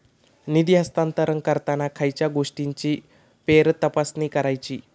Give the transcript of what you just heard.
निधी हस्तांतरण करताना खयच्या गोष्टींची फेरतपासणी करायची?